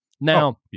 Now